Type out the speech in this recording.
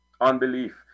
unbelief